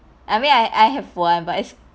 I mean I I have one but it's